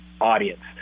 audience